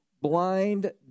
blind